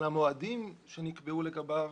אבל המועדים שנקבעו לגביו